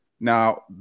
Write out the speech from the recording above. Now